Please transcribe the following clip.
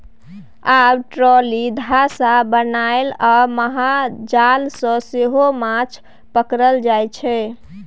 आब ट्रोली, धासा बनाए आ महाजाल सँ सेहो माछ पकरल जाइ छै